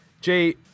Jay